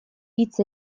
hitz